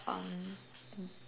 um